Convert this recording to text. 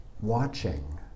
watching